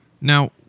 Now